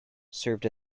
served